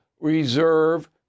reserve